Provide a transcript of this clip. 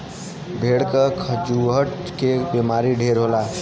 भेड़ के खजुहट के बेमारी ढेर होला